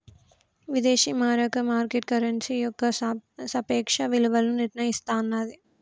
విదేశీ మారక market currency యొక్క సాపేక్ష విలువను నిర్ణయిస్తన్నాది